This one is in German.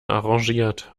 arrangiert